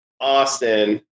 Austin